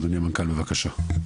אדוני המנכ"ל, בבקשה.